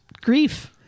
grief